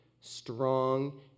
strong